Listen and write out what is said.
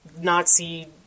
Nazi